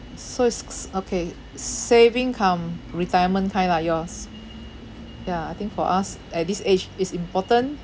so is okay s~ saving cum retirement kind lah yours ya I think for us at this age is important